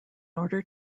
order